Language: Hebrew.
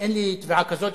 אין לי תביעה כזאת,